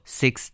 six